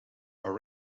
are